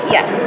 Yes